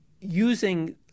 using